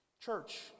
Church